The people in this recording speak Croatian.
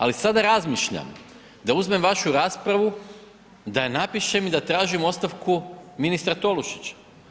Ali sada razmišljam da uzmem vašu raspravu, da je napišem i da tražim ostavku ministra Tolušića.